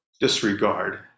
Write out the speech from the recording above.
disregard